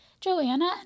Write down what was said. Joanna